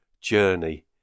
journey